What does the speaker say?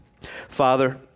Father